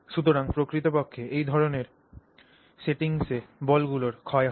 সুতরাং প্রকৃতপক্ষে এই ধরনের সেটিংসে বলগুলির ক্ষয় হয়